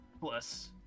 plus